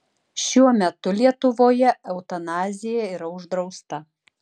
šiuo metu lietuvoje eutanazija yra uždrausta